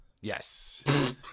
Yes